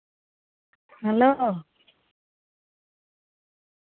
hello